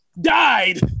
died